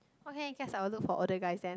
okay guess I will look for older guys then